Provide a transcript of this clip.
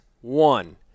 one